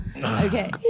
Okay